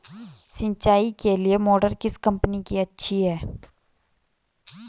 सिंचाई के लिए मोटर किस कंपनी की अच्छी है?